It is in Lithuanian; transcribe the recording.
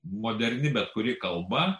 moderni bet kuri kalba